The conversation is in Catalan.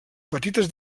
petites